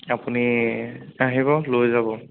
আপুনি আহিব লৈ যাব